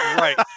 Right